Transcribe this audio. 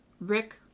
Rick